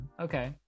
Okay